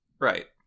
Right